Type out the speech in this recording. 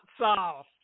sauce